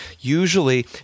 usually